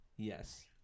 yes